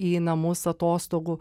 į namus atostogų